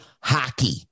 hockey